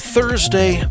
Thursday